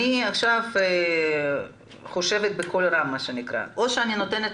אני עכשיו חושבת בקול רם: או שאני נותנת